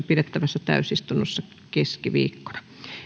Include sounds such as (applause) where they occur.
(unintelligible) pidettävässä täysistunnossa